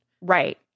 right